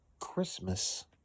Christmas